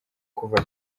kuva